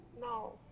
No